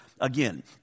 again